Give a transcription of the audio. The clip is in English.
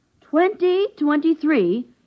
Twenty-twenty-three